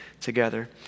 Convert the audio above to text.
together